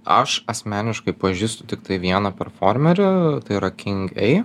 aš asmeniškai pažįstu tiktai vieną performerį tai yra king ei